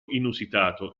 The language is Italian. inusitato